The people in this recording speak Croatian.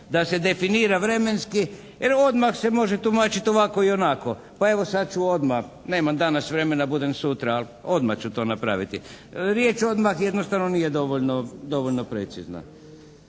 Da se definira vremenski jer odmah se može tumačiti ovako i onako. Pa evo sad ću odmah, nemam danas vremena budem sutra. Ali odmah ću to napraviti. Riječ odmah jednostavno nije dovoljno, dovoljno